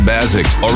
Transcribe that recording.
Basics